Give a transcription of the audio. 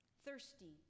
thirsty